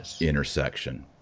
intersection